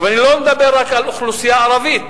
ואני לא מדבר רק על האוכלוסייה הערבית,